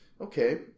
okay